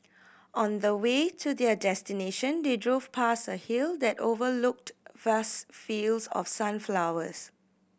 on the way to their destination they drove past a hill that overlooked vast fields of sunflowers